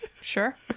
Sure